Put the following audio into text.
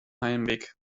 heimweg